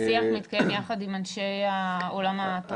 השיח מתקיים יחד עם אנשי עולם התרבות?